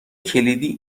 کلیدی